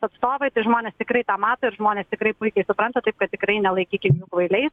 atstovai tai žmonės tikrai tą mato ir žmonės tikrai puikiai supranta taip kad tikrai nelaikykim jų kvailiais